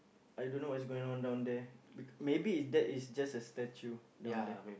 I don't know what's going on down there be maybe that is just a statue down there